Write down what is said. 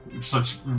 such-